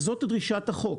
וזו דרישת החוק.